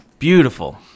beautiful